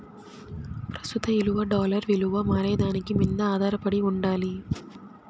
ప్రస్తుత ఇలువ డాలర్ ఇలువ మారేదాని మింద ఆదారపడి ఉండాలి